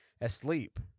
asleep